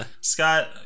Scott